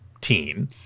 teen